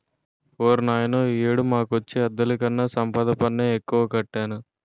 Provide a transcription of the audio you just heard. ఓర్నాయనో ఈ ఏడు మాకొచ్చే అద్దెలుకన్నా సంపద పన్నే ఎక్కువ కట్టాను